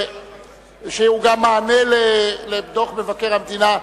שהם גם מענה לדוח מבקר המדינה.